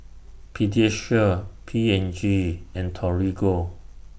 Pediasure P and G and Torigo